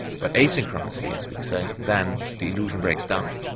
but asynchronously as we say, then the illusion breaks down.